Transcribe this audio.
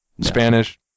Spanish